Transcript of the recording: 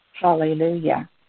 hallelujah